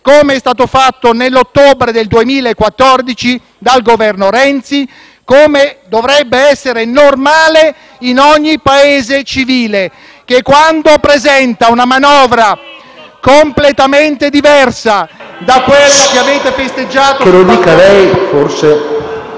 come è stato fatto nell'ottobre del 2014 dal Governo Renzi e come dovrebbe essere normale in ogni Paese civile, che quando presenta una manovra completamente diversa da quella che avete festeggiato...